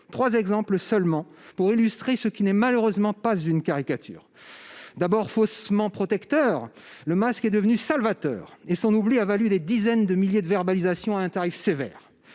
Trois exemples suffiront à illustrer ce qui n'est malheureusement pas une caricature. D'abord « faussement protecteur », le masque est devenu « salvateur » et son oubli a valu des dizaines de milliers de verbalisations à un tarif sévère.